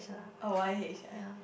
oh Y H ah